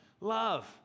love